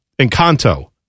Encanto